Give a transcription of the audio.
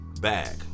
bag